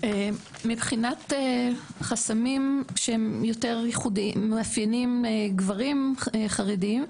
מבחינת חסמים שהם יותר מאפיינים גברים חרדים,